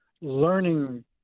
learning